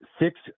six